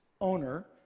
owner